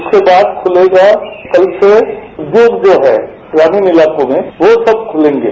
उसके बाद खुलेगा कल से दुग्ध जो है ग्रामीण इलाकों में वो सब खुलेंगे